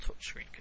touchscreen